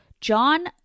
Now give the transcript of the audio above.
John